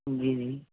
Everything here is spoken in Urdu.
جی جی